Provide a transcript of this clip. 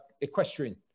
Equestrian